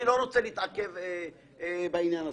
אני לא רוצה להתעכב בעניין הזה.